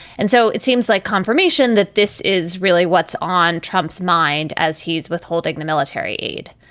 and so it seems like confirmation that this is really what's on trump's mind as he's withholding the military aid.